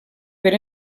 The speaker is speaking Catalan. per